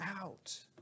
out